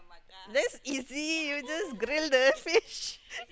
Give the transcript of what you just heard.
that's easy you just grill the fish